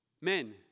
Men